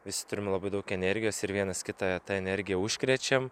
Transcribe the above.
visi turim labai daug energijos ir vienas kitą ta energija užkrečiam